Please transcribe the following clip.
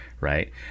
right